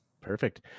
Perfect